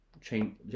change